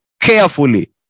carefully